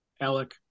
Alec